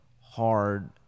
hard